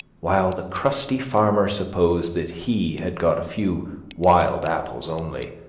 while the crusty farmer supposed that he had got a few wild apples only.